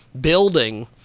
building